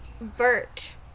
Bert